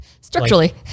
Structurally